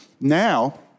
Now